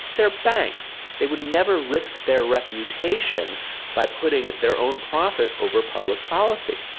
they're banks, they would never risk their reputation by putting their own profit over public policy.